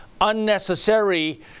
unnecessary